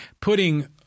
putting